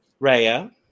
Raya